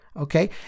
okay